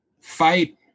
Fight